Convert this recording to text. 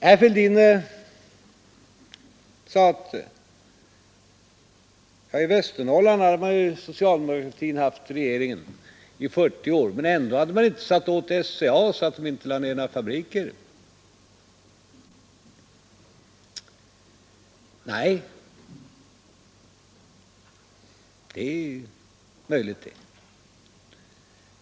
Herr Fälldin sade apropå Västernorrland att socialdemokratin har regerat i 40 år men har ändå inte satt åt SCA så att det inte lägger ner några fabriker. Nej, det är möjligt.